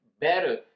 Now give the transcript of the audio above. better